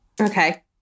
Okay